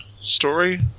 story